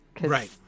Right